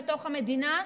בתוך המדינה,